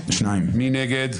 מי נגד?